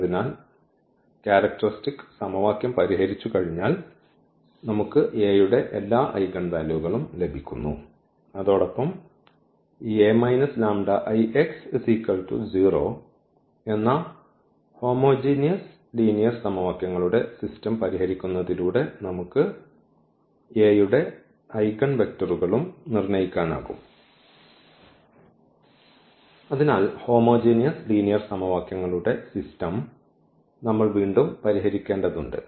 അതിനാൽ ഈ ക്യാരക്ടറിസ്റ്റിക് സമവാക്യം പരിഹരിച്ചുകഴിഞ്ഞാൽ നമുക്ക് A യുടെ എല്ലാ ഐഗൻ വാല്യൂകളും ലഭിക്കുന്നു അതോടൊപ്പം ഈ എന്ന ഹോമോജീനിയസ് ലീനിയർ സമവാക്യങ്ങളുടെ സിസ്റ്റം പരിഹരിക്കുന്നതിലൂടെ നമുക്ക് A യുടെ ഐഗൺവെക്റ്ററുകളും നിർണ്ണയിക്കാനാകും അതിനാൽ ഹോമോജീനിയസ് ലീനിയർ സമവാക്യങ്ങളുടെ സിസ്റ്റം നമ്മൾ വീണ്ടും പരിഹരിക്കേണ്ടതുണ്ട്